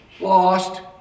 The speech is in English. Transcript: Lost